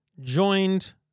joined